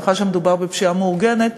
בהנחה שמדובר בפשיעה מאורגנת,